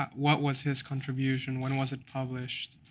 but what was his contribution? when was it published?